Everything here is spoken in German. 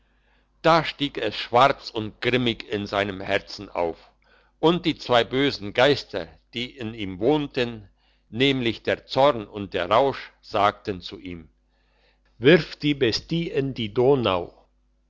da stieg es schwarz und grimmig in seinem herzen auf und die zwei bösen geister die in ihm wohnten nämlich der zorn und der rausch sagten zu ihm wirf die bestie in die donau